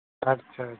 अच्छा अच्छा